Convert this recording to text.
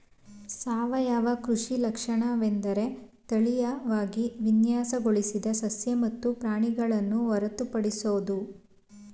ಸಾವಯವ ಕೃಷಿ ಲಕ್ಷಣವೆಂದರೆ ತಳೀಯವಾಗಿ ವಿನ್ಯಾಸಗೊಳಿಸಿದ ಸಸ್ಯ ಮತ್ತು ಪ್ರಾಣಿಗಳನ್ನು ಹೊರತುಪಡಿಸೋದು